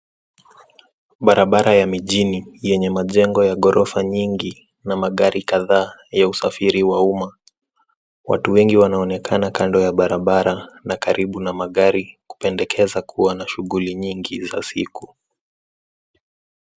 Barabara ya mijini yenye majengo ya ghorofa nyingi na magari kadhaa ya usafiri wa umma. Watu wengi wanaonekana kando ya barabara na karibu na magari, kupendekeza kuwa na shughuli nyingi za siku.